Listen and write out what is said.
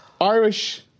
Irish